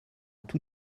tout